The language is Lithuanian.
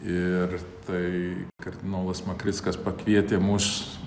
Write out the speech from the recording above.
ir tai kardinolas makrickas pakvietė mus